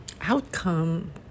outcome